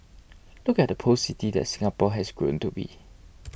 look at the post city that Singapore has grown to be